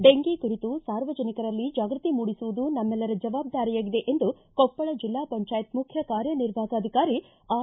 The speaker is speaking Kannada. ಡೆಂಗೀ ಕುರಿತು ಸಾರ್ವಜನಿಕರಲ್ಲಿ ಜಾಗೃತಿ ಮೂಡಿಸುವುದು ನಮ್ನೆಲ್ಲರ ಜವಾಬ್ದಾರಿಯಾಗಿದೆ ಎಂದು ಕೊಪ್ಪಳ ಜಿಲ್ಲಾ ಪಂಚಾಯತ್ ಮುಖ್ಯ ಕಾರ್ಯನಿರ್ವಾಹಕ ಅಧಿಕಾರಿ ಆರ್